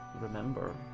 remember